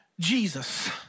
Jesus